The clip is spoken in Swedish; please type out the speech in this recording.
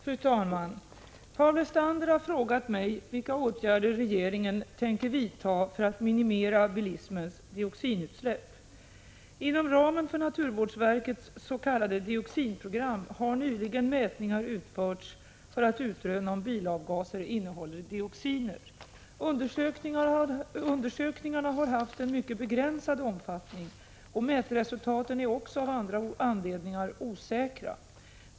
Fru talman! Paul Lestander har frågat mig vilka åtgärder regeringen tänker vidta för att minimera bilismens dioxinutsläpp. Inom ramen för naturvårdsverkets s.k. dioxinprogram har nyligen mätningar utförts för att utröna om bilavgaser innehåller dioxiner. Undersökningarna har haft en mycket begränsad omfattning, och mätresultaten är också av andra anledningar osäkra.